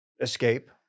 escape